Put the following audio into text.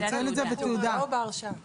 לא בהרשאה,